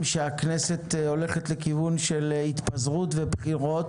שהכנסת הולכת לכיוון של התפזרות ובחירות.